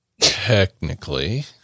Technically